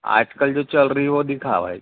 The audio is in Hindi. आजकल जो चल रही है वो दिखा भाई